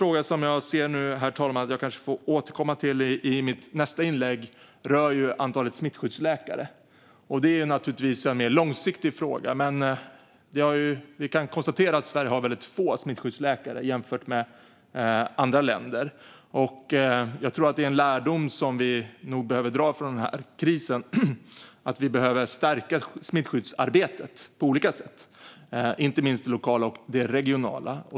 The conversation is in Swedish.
Jag har en annan fråga som jag nu ser att jag kanske får återkomma till i mitt nästa inlägg. Det rör antalet smittskyddsläkare. Det är en mer långsiktig fråga. Vi kan konstatera att Sverige har väldigt få smittskyddsläkare jämfört med andra länder. Det är en lärdom som vi nog behöver dra från den här krisen att vi behöver stärka smittskyddsarbetet på olika sätt, och inte minst det lokala och regionala.